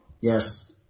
Yes